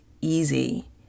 easy